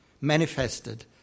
manifested